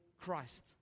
Christ